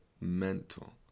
mental